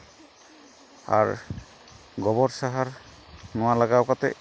ᱟᱨ ᱜᱳᱵᱚᱨ ᱥᱟᱦᱟᱨ ᱱᱚᱣᱟ ᱞᱟᱜᱟᱣ ᱠᱟᱛᱮ